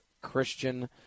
Christian